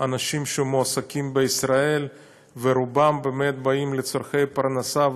אנשים שמועסקים בישראל ורובם באים לצורכי פרנסה,